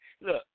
look